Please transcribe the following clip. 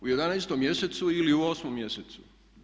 U 11 mjesecu ili u 8 mjesecu?